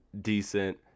decent